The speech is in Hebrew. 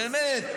באמת,